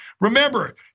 remember